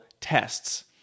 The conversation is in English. tests